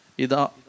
Ida